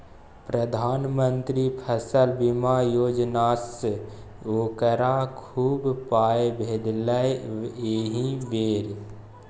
प्रधानमंत्री फसल बीमा योजनासँ ओकरा खूब पाय भेटलै एहि बेर